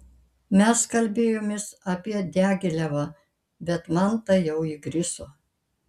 mes kalbėjomės apie diagilevą bet man tai jau įgriso